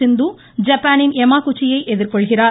சிந்து ஜப்பானின் யெமா குச்சியை எதிர்கொள்கிறார்